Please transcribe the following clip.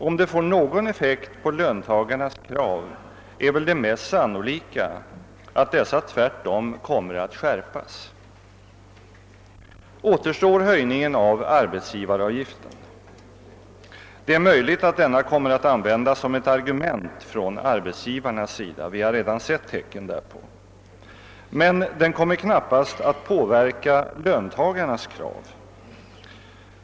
Om det får någon effekt på löntagarnas krav, är det väl mest sannolikt att dessa tvärtom kommer att skärpas. Återstår höjningen av arbetsgivaravgiften. Det är möjligt att arbetsgivarna kommer att använda denna som ett argument mot lönehöjningar — vi har redan sett tecken därpå — men den kommer knappast att påverka löntagarnas krav.